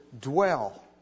dwell